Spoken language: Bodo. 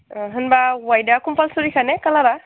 होनबा वाइटआ कम्पालसरिखा ने कालारा